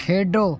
ਖੇਡੋ